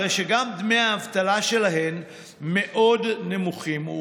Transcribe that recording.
הרי שגם דמי האבטלה שלהן נמוכים מאוד